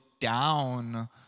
down